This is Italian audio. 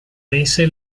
mese